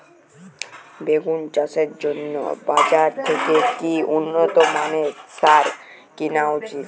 বেগুন চাষের জন্য বাজার থেকে কি উন্নত মানের সার কিনা উচিৎ?